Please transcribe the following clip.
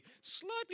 slightly